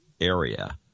area –